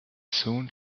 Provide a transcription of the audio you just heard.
soon